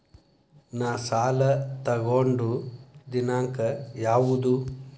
ನಾ ಸಾಲ ತಗೊಂಡು ದಿನಾಂಕ ಯಾವುದು?